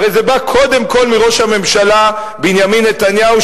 הרי זה בא קודם כול מראש הממשלה בנימין נתניהו,